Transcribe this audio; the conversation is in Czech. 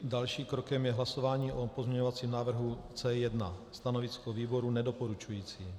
Dalším krokem je hlasování o pozměňovacím návrhu C1. Stanovisko výboru nedoporučující.